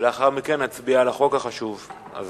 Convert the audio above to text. ולאחר מכן נצביע על החוק החשוב הזה.